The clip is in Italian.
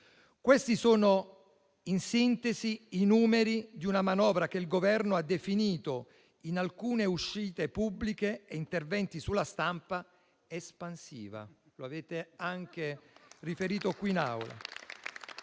Questi sono, in sintesi, i numeri di una manovra che il Governo ha definito, in alcune uscite pubbliche e interventi sulla stampa, "espansiva"; lo avete anche riferito qui in Aula